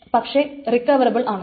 പക്ഷെ റിക്കവറബിൾ ആണ്